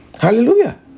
Hallelujah